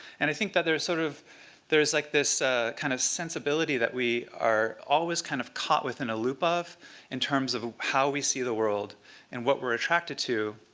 and i think that there's sort of there's like this kind of sensibility that we are always kind of caught within a loop of in terms of how we see the world and what we're attracted to.